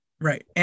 right